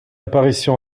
apparition